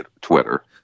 Twitter